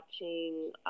watching